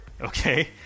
Okay